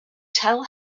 tell